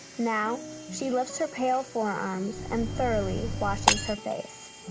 now she lifts her pale forearms and thoroughly washes her face.